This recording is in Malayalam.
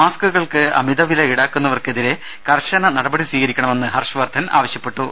മാസ്ക്കു കൾക്ക് അമിതവില ഈടാക്കുന്നവർക്കെതിരെ കർശന നടപടി സ്വീകരിക്ക ണമെന്ന് ഹർഷവർധൻ ആവശ്യപ്പെട്ടു